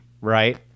Right